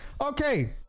okay